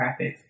graphics